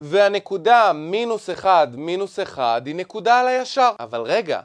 והנקודה מינוס 1 מינוס 1 היא נקודה על הישר, אבל רגע